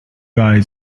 guy